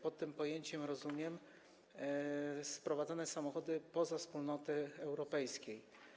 Pod tym pojęciem rozumiem sprowadzone samochody spoza Wspólnoty Europejskiej.